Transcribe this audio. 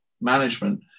management